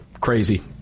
Crazy